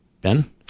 Ben